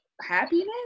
happiness